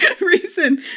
reason